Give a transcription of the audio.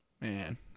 Man